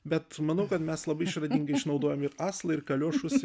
bet manau kad mes labai išradingai išnaudojom ir aslą ir kaliošus